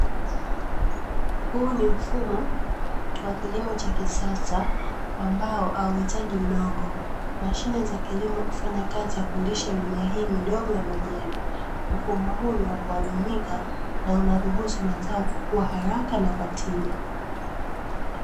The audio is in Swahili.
Huu ni mfumo wa kilimo cha kisasa ambao hauhitaji udongo. Mashine za kilimo hufanya kazi ya kulisha mimea hii midogo na majani. Mfumo huu ni wa kuaminika na unaruhusu mazao kukua haraka na kwa tija.